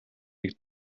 нэг